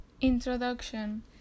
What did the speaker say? Introduction